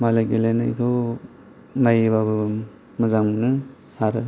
मालाय गेलेनायखौ नायोब्लाबो मोजां मोनो आरो